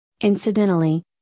Incidentally